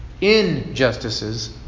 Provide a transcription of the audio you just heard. injustices